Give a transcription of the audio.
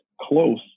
close